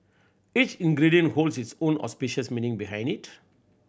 each ingredient holds its own auspicious meaning behind it